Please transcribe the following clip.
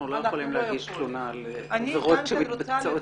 אנחנו לא יכולים להגיש תלונה על עבירות שמתבצעות.